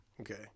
Okay